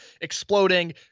exploding